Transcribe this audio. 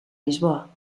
lisboa